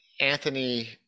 Anthony